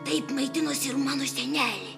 taip maitinosi ir mano senelė